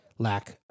Lack